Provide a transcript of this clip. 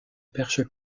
perche